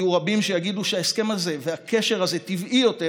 יהיו רבים שיגידו שההסכם הזה והקשר הזה עם האמירויות טבעי יותר